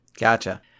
Gotcha